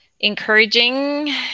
encouraging